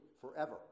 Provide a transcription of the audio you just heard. Forever